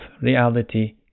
reality